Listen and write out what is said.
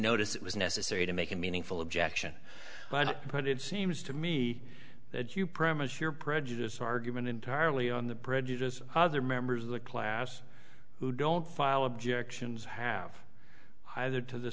notice it was necessary to make a meaningful objection but put it seems to me that you premise your prejudice argument entirely on the bridges other members of the class who don't file objections have either to the